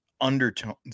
undertones